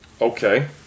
Okay